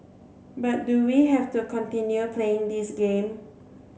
but do we have to continue playing this game